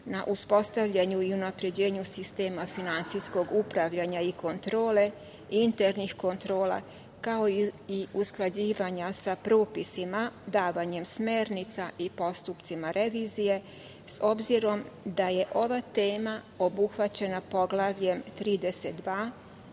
na uspostavljanju i unapređenju sistema finansijskog upravljanja i kontrole, internih kontrola, kao i usklađivanja sa propisima davanjem smernica i postupcima revizije obzirom da je ova tema obuhvaćena Poglavljem 32